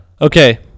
Okay